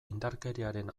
indarkeriaren